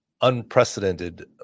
Unprecedented